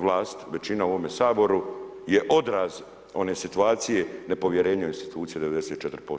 vlast, većina u ovome Saboru je odraz one situacije nepovjerenja u institucije od 94%